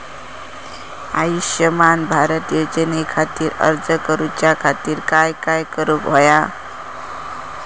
आयुष्यमान भारत योजने खातिर अर्ज करूच्या खातिर काय करुक होया?